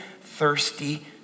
thirsty